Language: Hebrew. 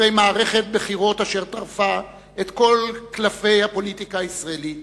אחרי מערכת בחירות אשר טרפה את כל קלפי הפוליטיקה הישראלית,